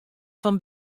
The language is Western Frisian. fan